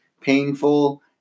painful